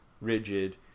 rigid